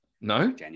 No